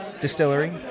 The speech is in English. Distillery